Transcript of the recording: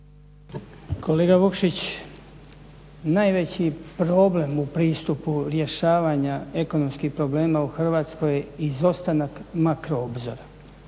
Kolega Vukšić, najveći problem u pristupu rješavanja ekonomskih problema u Hrvatskoj, izostanak makroobzora,